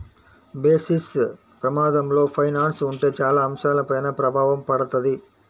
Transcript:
basis ప్రమాదంలో finance ఉంటే చాలా అంశాలపైన ప్రభావం పడతది